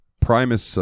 Primus